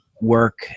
work